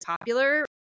popular